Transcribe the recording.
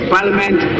Parliament